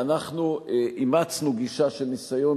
ואנחנו אימצנו גישה של ניסיון,